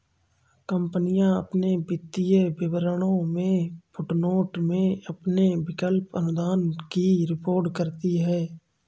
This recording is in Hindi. कंपनियां अपने वित्तीय विवरणों में फुटनोट में अपने विकल्प अनुदान की रिपोर्ट करती हैं